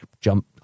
Jump